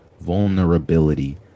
Vulnerability